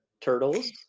Turtles